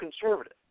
conservative